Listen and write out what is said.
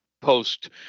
post